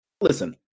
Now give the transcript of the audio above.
listen